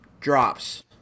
Drops